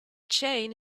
chain